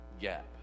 gap